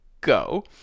go